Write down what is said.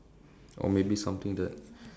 or maybe something that